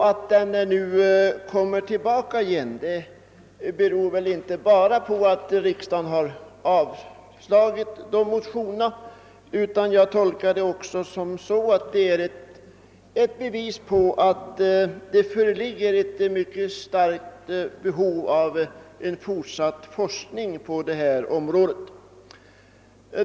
Att den nu kommer tillbaka beror väl inte bara på att riksdagen tidigare avslagit motionerna. Jag tolkar det också som ett bevis för att det föreligger ett mycket stort behov av fortsatt forskning på detta område.